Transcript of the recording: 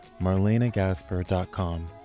MarlenaGasper.com